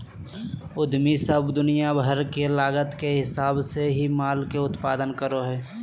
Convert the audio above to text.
उद्यमी सब दुनिया भर के लागत के हिसाब से ही माल के उत्पादन करो हय